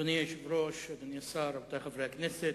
אדוני היושב-ראש, אדוני השר, רבותי חברי הכנסת,